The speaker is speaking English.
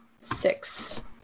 six